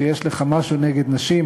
שיש לך משהו נגד נשים.